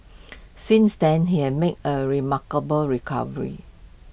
since then he had made A remarkable recovery